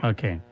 Okay